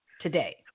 today